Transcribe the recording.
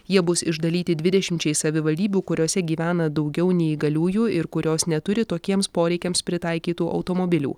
jie bus išdalyti dvidešimčiai savivaldybių kuriose gyvena daugiau neįgaliųjų ir kurios neturi tokiems poreikiams pritaikytų automobilių